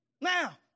Now